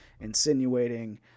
insinuating